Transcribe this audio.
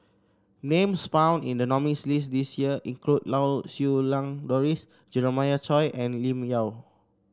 names found in the nominees' list this year include Lau Siew Lang Doris Jeremiah Choy and Lim Yau